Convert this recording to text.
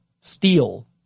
steel